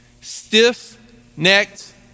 stiff-necked